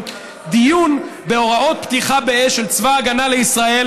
דיון בהוראות פתיחה באש של צבא ההגנה לישראל,